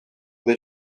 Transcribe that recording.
des